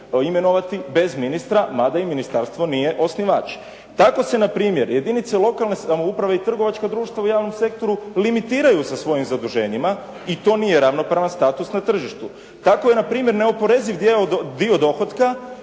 imenovati bez ministra, mada im ministarstvo nije osnivač. Kako se npr. jedinice lokalne samouprave i trgovačka društva u javnom sektoru limitiraju sa svojim zaduženjima i to nije ravnopravan status na tržištu. Tako je npr. neoporeziv dio dohotka